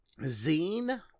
zine